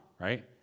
right